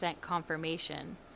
confirmation